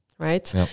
Right